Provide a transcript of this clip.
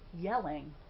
yelling